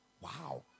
Wow